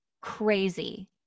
crazy